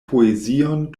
poezion